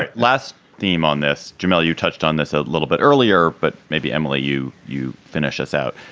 ah last theme on this. jamal, you touched on this a little bit earlier, but maybe, emily, you you finish us out.